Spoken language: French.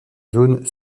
zone